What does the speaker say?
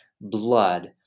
blood